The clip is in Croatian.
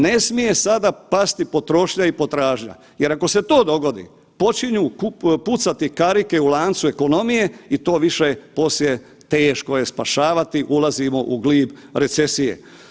Ne smije sada pasti potrošnja i potražnja jer ako se to dogodi počinju pucati karike u lancu ekonomije i to više poslije teško je spašavati, ulazimo u glib recesije.